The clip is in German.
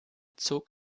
zog